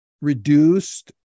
reduced